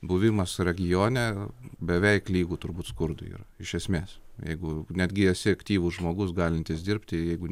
buvimas regione beveik lygu turbūt skurdui yra iš esmės jeigu netgi esi aktyvus žmogus galintis dirbti jeigu